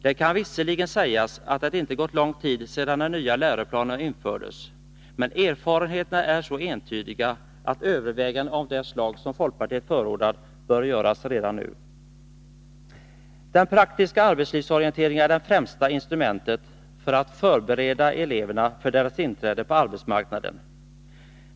Det kan visserligen sägas att det inte gått lång tid sedan den nya läroplanen infördes, men erfarenheterna är så entydiga att överväganden av det slag som folkpartiet förordat bör göras redan nu. Den praktiska arbetslivsorienteringen är det främsta instrumentet för att förbereda eleverna för deras inträde på arbetsmarknaden.